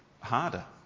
harder